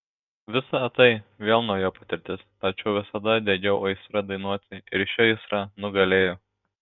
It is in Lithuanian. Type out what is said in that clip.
visa tai vėl nauja patirtis tačiau visada degiau aistra dainuoti ir ši aistra nugalėjo